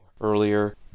earlier